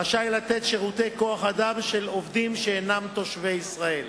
רשאי לתת שירותי כוח-אדם של עובדים שאינם תושבי ישראל.